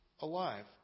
alive